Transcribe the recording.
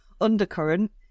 undercurrent